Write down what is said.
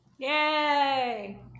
Yay